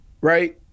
Right